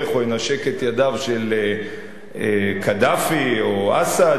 או ינשק את ידיו של קדאפי או של אסד,